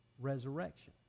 resurrection